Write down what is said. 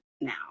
now